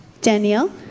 Danielle